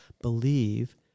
believe